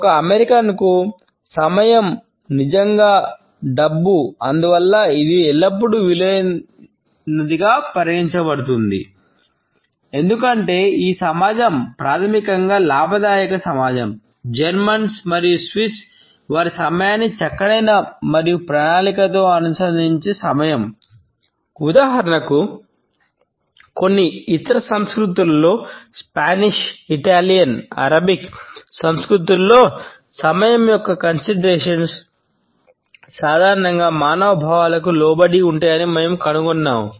ఒక అమెరికన్ కు సాధారణంగా మానవ భావాలకు లోబడి ఉంటాయని మేము కనుగొన్నాము